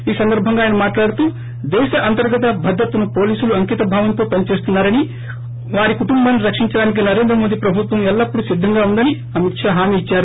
ఈ సందర్బంగా ఆయన మాట్లాడుతూ దేశ అంతర్గత భద్రతను పోలీసులు అంకిత భావంతో పని చేస్తున్నారని వారి కుటుంబాన్ని రక్షించడానికి నరేంద్ర మోడీ ప్రభుత్వం ఎల్లప్పుడూ సిద్దంగా ఉందని అమిత్ షా హామీ ఇచ్చారు